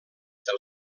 del